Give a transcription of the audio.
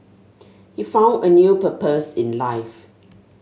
he found a new purpose in life